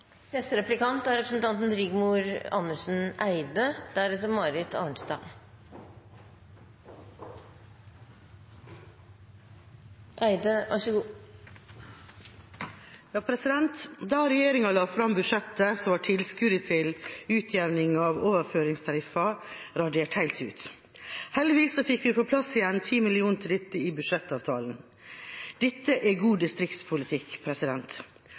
Da regjeringa la fram budsjettet, var tilskuddet til utjevning av overføringstariffer radert helt ut. Heldigvis fikk vi på plass igjen 10 mill. kr til dette i budsjettavtalen. Dette er god distriktspolitikk.